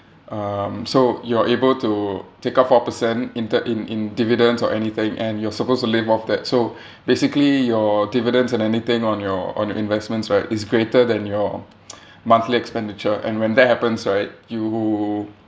um so you're able to take out four percent in te~ in in dividends or anything and you're supposed to live off that so basically your dividends and anything on your on your investments right is greater than your monthly expenditure and when that happens right you